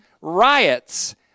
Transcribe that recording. riots